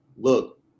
Look